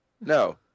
No